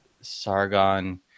Sargon